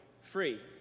free